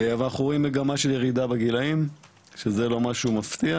אבל אנחנו רואים מגמה של ירידה בגילאים שזה לא משהו מפתיע,